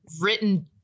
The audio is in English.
written